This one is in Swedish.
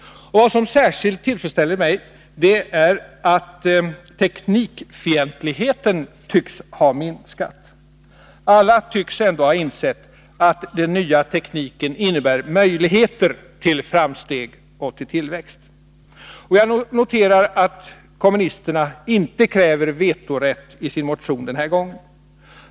Vad som särskilt tillfredsställer mig är att teknikfientligheten tycks ha minskat. Alla tycks ändå ha insett att den nya tekniken innebär möjligheter till framsteg och tillväxt. Jag noterar att kommunisterna i sin motion den här gången inte kräver vetorätt.